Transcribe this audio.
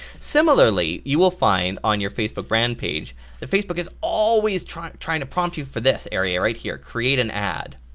similarly you will find on your facebook brand page that facebook is always trying trying to prompt you for this area right here, create an ad.